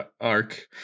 arc